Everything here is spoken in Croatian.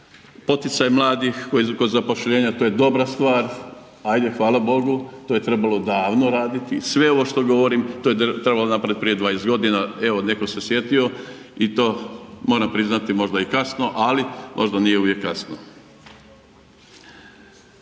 poticaj mladih kod zapošljenja, to je dobra stvar ajde hvala Bogu. To je trebalo davno raditi, sve ovo što govorim to je trebalo napraviti prije 20 godina. Evo netko se sjetio i to moram priznati možda i kasno, ali možda nije uvijek kasno.